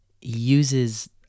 uses